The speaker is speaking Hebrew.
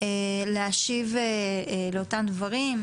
להשיב לאותם דברים,